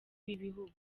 b’ibihugu